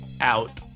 out